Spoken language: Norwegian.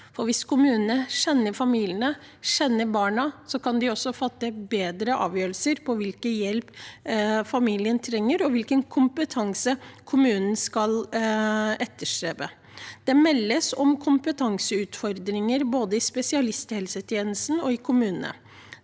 Hvis kommunene kjenner familiene, kjenner barna, kan de også fatte bedre avgjørelser om hvilken hjelp familien trenger, og hvilken kompetanse kommunen skal etterstrebe. Det meldes om kompetanseutfordringer både i spesialisthelsetjenesten og i kommunene.